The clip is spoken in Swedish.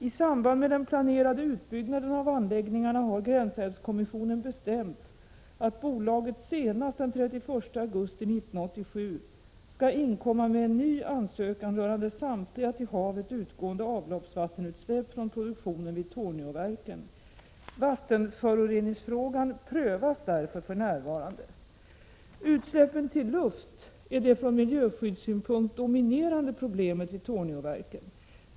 I samband med den planerade utbyggnaden av anläggningarna har gränsälvskommissionen bestämt att bolaget senast den 31 augusti 1987 skall inkomma med en ny ansökan rörande samtliga till havet utgående avloppsvattenutsläpp från produktionen vid Torneåverken. Vattenföroreningsfrågan prövas därför för närvarande. Utsläppen till luft är det från miljöskyddssynpunkt dominerande problemet vid Torneåverken.